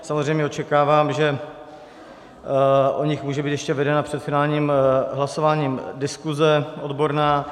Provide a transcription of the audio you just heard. Samozřejmě očekávám, že o nich může být ještě vedena před finálním hlasováním diskuze odborná.